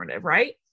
right